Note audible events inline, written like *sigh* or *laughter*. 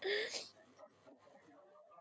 *noise*